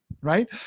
right